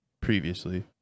previously